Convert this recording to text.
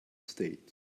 stayed